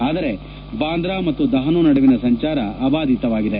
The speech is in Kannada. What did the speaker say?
ಆದರೆ ಬಾಂದ್ರಾ ಮತ್ತು ದಹನು ನಡುವಿನ ಸಂಚಾರ ಅಬಾಧಿತವಾಗಿದೆ